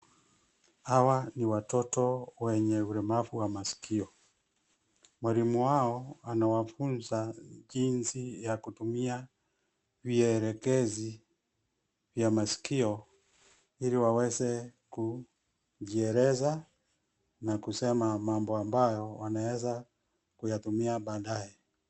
Hawa ni watoto wenye ulemavu wa masikio. Mwalimu wao anawafunza jinsi ya kutumia vielekezi vya masikio ili waweze kujieleza na kusema mambo ambayo wanaweza kuyatumia baadaye.